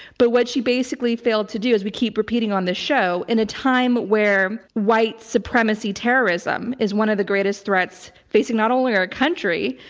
but what she basically failed to do is, we keep repeating on this show, in a time where white-supremacy-terrorism is one of the greatest threats facing not only our country,